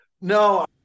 No